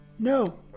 No